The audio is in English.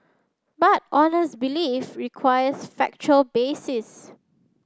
but honest belief requires factual basis